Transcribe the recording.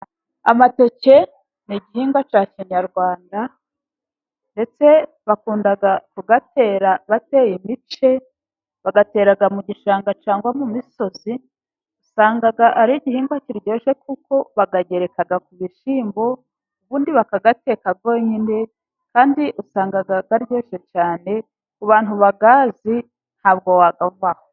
Amateke n'igihingwa cya kinyarwanda ndetse bakunda kuyatera bateye ibice, bayatera mu gishanga cyangwa mu misozi, usanga ari igihingwa kiryoshye kuko bayagereka ku bishyimbo, ubundi bakayateka yo nyine kandi usanga aryoshye cyane, ku bantu bayazi ntabwo wayavaho.